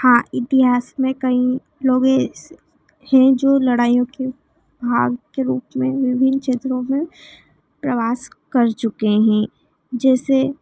हाँ इतिहास में कई लोग ऐसे हैं जो लड़ाई के भाग के रूप में विभिन्न क्षेत्रों में प्रवास कर चुके हैं जैसे